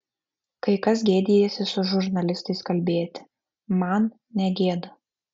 kai kas gėdijasi su žurnalistais kalbėti man negėda